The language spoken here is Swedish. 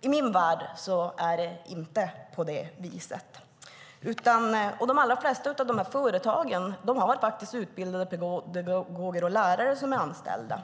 I min värld är det inte på det viset. De allra flesta företagen har utbildade pedagoger och lärare som anställda.